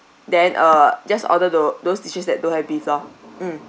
then uh just order tho~ those dishes that don't have beef lor mm